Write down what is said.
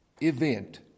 event